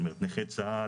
זאת אומרת נכה צה"ל,